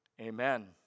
Amen